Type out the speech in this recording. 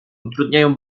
utrudniają